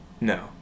No